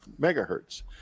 megahertz